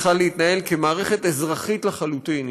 צריכה להתנהל כמערכת אזרחית לחלוטין.